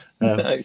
No